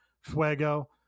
Fuego